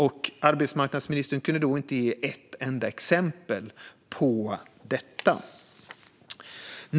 Arbetsmarknadsministern kunde då inte ge ett enda exempel på detta.